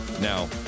Now